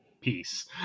Peace